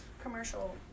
commercial